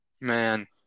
Man